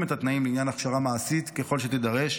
את התנאים לעניין הכשרה מעשית ככל שתידרש,